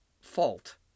fault